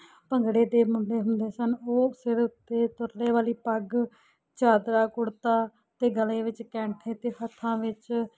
ਭੰਗੜੇ ਦੇ ਮੁੰਡੇ ਹੁੰਦੇ ਸਨ ਉਹ ਸਿਰ ਉੱਤੇ ਤੁਰਲੇ ਵਾਲੀ ਪੱਗ ਚਾਦਰਾ ਕੁੜਤਾ ਅਤੇ ਗਲੇ ਵਿੱਚ ਕੈਂਠੇ ਅਤੇ ਹੱਥਾਂ ਵਿੱਚ